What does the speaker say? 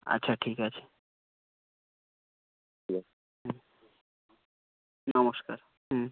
আচ্ছা ঠিক আছে নমস্কার হুম